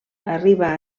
arriba